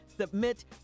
Submit